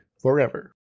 Forever